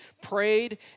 prayed